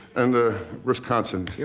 and ah, wisconsin.